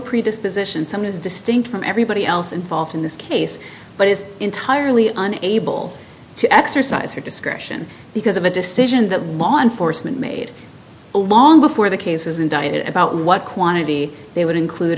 predisposition some as distinct from everybody else involved in this case but is entirely unable to exercise her discretion because of a decision that law enforcement made a long before the cases indicted about what quantity they would include